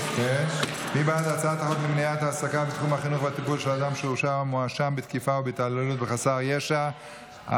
במוסדות מסוימים של מי שהורשע או הואשם באלימות כלפי ילדים וחסרי ישע?